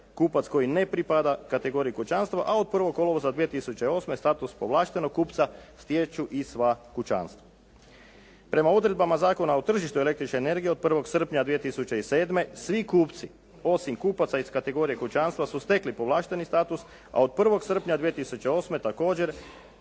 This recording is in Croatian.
kupac koji ne pripada kategoriji kućanstva a od 1. kolovoza 2008. status povlaštenog kupca stječu i sva kućanstva. Prema odredbama Zakona o tržištu električne energije od 1. srpnja 2007. svi kupci osim kupaca iz kategorije kućanstva su stekli povlašteni status a od 1. srpnja 2008. također